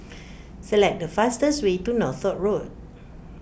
select the fastest way to Northolt Road